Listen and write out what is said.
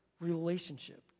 relationship